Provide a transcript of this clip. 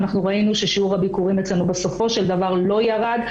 אנחנו ראינו ששיעור הביקורים אצלנו בסופו של דבר לא ירד,